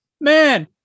man